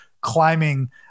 climbing